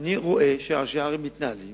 אני רואה שראשי ערים מתנהלים